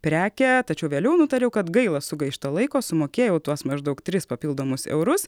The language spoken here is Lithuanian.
prekę tačiau vėliau nutariau kad gaila sugaišto laiko sumokėjau tuos maždaug tris papildomus eurus